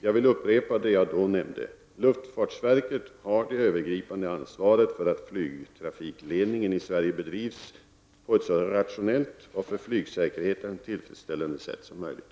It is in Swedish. Jag vill upprepa det jag då nämnde. Luftfartsverket har det övergripande ansvaret för att flygtrafikledningen i Sverige bedrivs på ett så rationellt och för flygsäkerheten tillfredsställande sätt som möjligt.